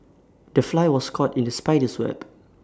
the fly was caught in the spider's web